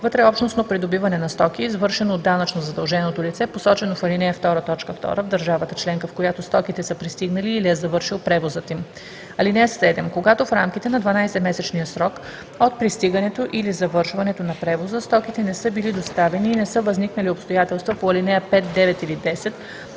вътреобщностно придобиване на стоки, извършено от данъчно задълженото лице, посочено в ал. 2, т. 2, в държавата членка, в която стоките са пристигнали или е завършил превозът им. (7) Когато в рамките на 12-месечния срок от пристигането или завършването на превоза стоките не са били доставени и не са възникнали обстоятелства по ал. 5, 9 или 10,